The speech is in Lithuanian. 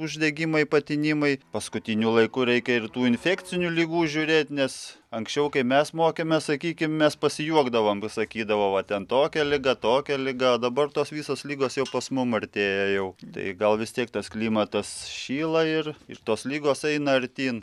uždegimai patinimai paskutiniu laiku reikia ir tų infekcinių ligų žiūrėt nes anksčiau kai mes mokėmės sakykim mes pasijuokdavom va sakydavo va ten tokia liga tokia liga o dabar tos visos ligos jau pas mum artėja jau tai gal vis tiek tas klimatas šyla ir ir tos ligos eina artyn